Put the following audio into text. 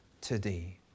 today